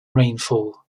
rainfall